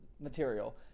material